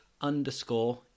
underscore